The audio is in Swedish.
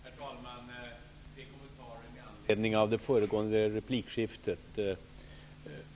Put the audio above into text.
Herr talman! Tre kommentarer med anledning av det föregående replikskiftet.